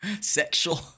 sexual